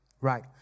Right